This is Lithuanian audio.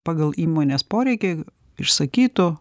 pagal įmonės poreikį išsakytų